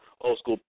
old-school